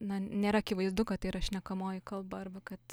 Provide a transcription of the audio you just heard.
na nėra akivaizdu kad yra šnekamoji kalba arba kad